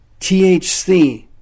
THC